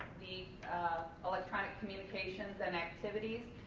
the electronic communications and activities.